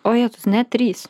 ojetus net trys